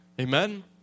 Amen